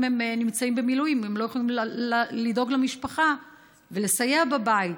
אם הם נמצאים במילואים הם לא יכולים לדאוג למשפחה ולסייע בבית.